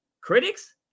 critics